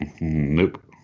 Nope